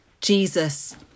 Jesus